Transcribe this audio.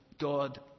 God